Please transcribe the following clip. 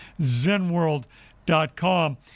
Zenworld.com